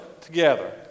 together